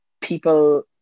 people